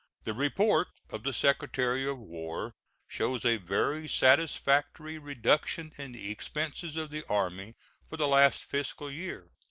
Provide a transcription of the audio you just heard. the report of the secretary of war shows a very satisfactory reduction in the expenses of the army for the last fiscal year.